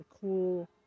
cool